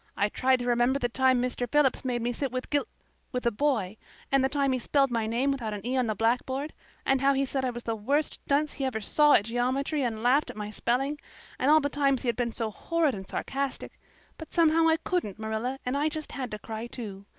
i tried to remember the time mr. phillips made me sit with gil with a boy and the time he spelled my name without an e on the blackboard and how he said i was the worst dunce he ever saw at geometry and laughed at my spelling and all the times he had been so horrid and sarcastic but somehow i couldn't, marilla, and i just had to cry too.